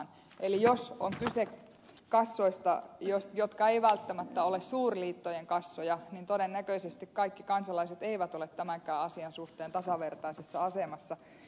eli jos on kyse kassoista jotka eivät välttämättä ole suurliittojen kassoja niin todennäköisesti kaikki kansalaiset eivät ole tämänkään asian suhteen tasavertaisessa asemassa